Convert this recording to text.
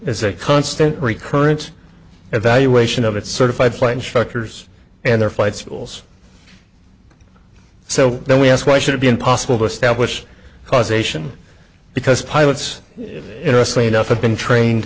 is a constant recurrent evaluation of its certified plane structures and their flight schools so then we ask why should it be impossible to establish causation because pilots interestingly enough have been trained